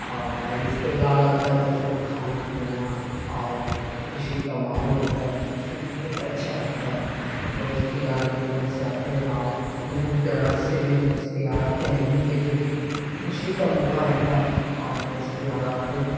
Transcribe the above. اور رشتےدار آتا ہے تو اس کو کھانا کھلانا اور خوشی کا ماحول ہوتا ہے اس میں بہت اچھا لگتا ہے اور دوست یار بھی ادھر سے آتے ہیں اور دور دراز سے بھی دوست یار آتے ہیں ملنے کے لیے خوشی کا موقع رہتا ہے اور دوست یار آتے ہیں